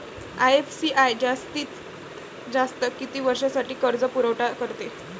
IFCI जास्तीत जास्त किती वर्षासाठी कर्जपुरवठा करते?